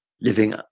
living